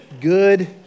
good